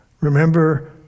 Remember